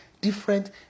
different